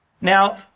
Now